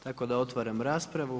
Tako da otvaram raspravu.